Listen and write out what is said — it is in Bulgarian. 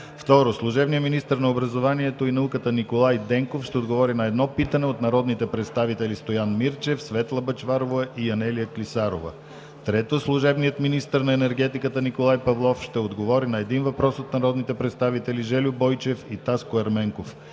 2. Служебният министър на образованието и науката Николай Денков ще отговори на едно питане от народните представители Стоян Мирчев, Светла Бъчварова и Анелия Клисарова. 3. Служебният министър на енергетиката Николай Павлов ще отговори на един въпрос от народните представители Жельо Бойчев и Таско Ерменков.